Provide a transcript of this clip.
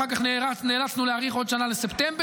אחר כך נאלצנו להאריך עוד שנה לספטמבר.